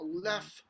left